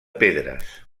pedres